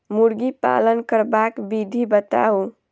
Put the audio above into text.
मुर्गी पालन करबाक विधि बताऊ?